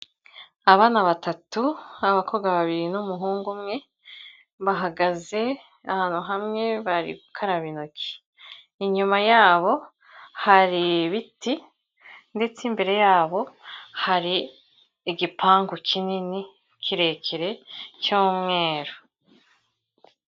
Abana batatu abakobwa babiri n'umuhungu umwe bahagaze ahantu hamwe bari gukaraba intoki, inyuma yabo hari ibiti ndetse imbere yabo hari igipangu kinini kirekire cy'umweru.